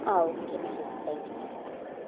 ആ ഓക്കെ എന്നാൽ ശരി താങ്ക് യൂ